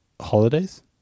holidays